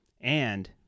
And